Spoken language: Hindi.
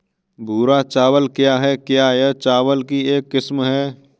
भूरा चावल क्या है? क्या यह चावल की एक किस्म है?